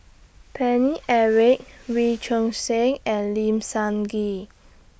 Paine Eric Wee Choon Seng and Lim Sun Gee